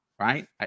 right